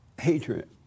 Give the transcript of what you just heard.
hatred